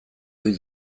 ohi